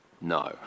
no